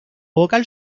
vocal